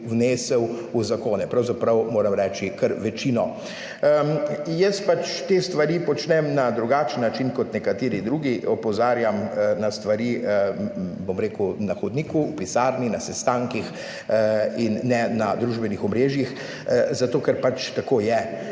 vnesel v zakone, pravzaprav moram reči, kar večino. Jaz pač te stvari počnem na drugačen način kot nekateri drugi. Opozarjam na stvari, bom rekel, na hodniku, v pisarni, na sestankih in ne na družbenih omrežjih, zato ker pač tako je.